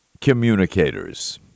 communicators